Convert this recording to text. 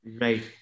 Right